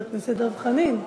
חבר הכנסת דב חנין,